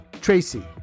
Tracy